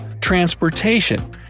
Transportation